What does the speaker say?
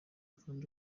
kandi